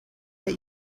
that